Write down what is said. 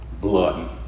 blood